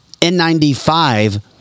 N95